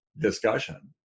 discussion